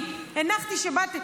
כי הנחתי שבאת,